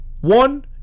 one